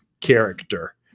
character